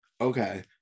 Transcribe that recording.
Okay